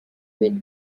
with